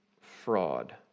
fraud